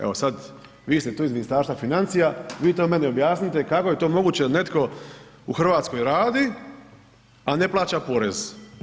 Evo sad vi ste tu iz Ministarstva financija, vi to meni objasnite kako je to moguće da netko u RH radi, a ne plaća porez.